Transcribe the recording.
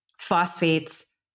phosphates